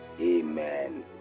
Amen